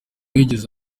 wigeze